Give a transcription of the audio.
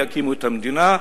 יקימו את המדינה,